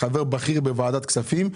חבר בכיר בוועדת הכספים,